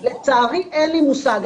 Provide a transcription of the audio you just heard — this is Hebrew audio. לצערי אין לי מושג.